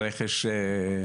היא רכש מעולה.